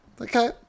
Okay